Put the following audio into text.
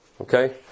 Okay